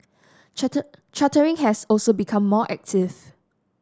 chartering has also become more active